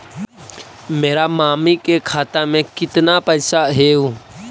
मेरा मामी के खाता में कितना पैसा हेउ?